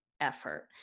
effort